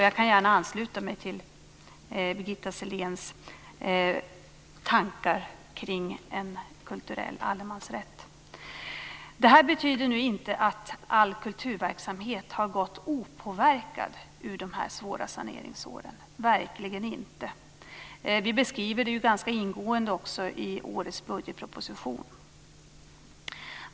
Jag kan gärna ansluta mig till Birgitta Selléns tankar kring en kulturell allemansrätt. Detta betyder nu inte att all kulturverksamhet har gått opåverkad ur de här svåra saneringsåren. Så är det verkligen inte. Vi beskriver det ganska ingående i årets budgetproposition.